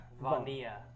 Vania